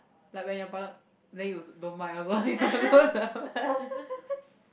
like when your partner then you don't mind also